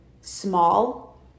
small